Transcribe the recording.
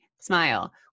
smile